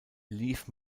lief